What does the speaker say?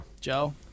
joe